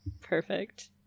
Perfect